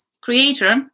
creator